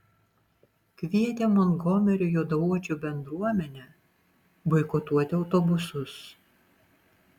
kvietė montgomerio juodaodžių bendruomenę boikotuoti autobusus